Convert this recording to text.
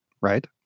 right